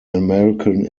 american